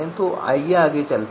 तो चलिए आगे बढ़ते हैं